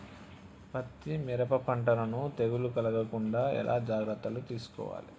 పత్తి మిరప పంటలను తెగులు కలగకుండా ఎలా జాగ్రత్తలు తీసుకోవాలి?